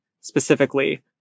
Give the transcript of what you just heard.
specifically